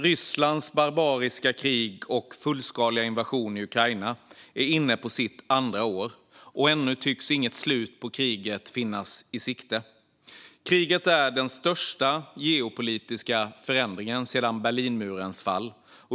Rysslands barbariska krig i och fullskaliga invasion av Ukraina är inne på sitt andra år och ännu tycks inget slut på kriget finnas i sikte. Kriget är den största geopolitiska förändringen sedan Berlinmurens fall.